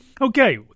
Okay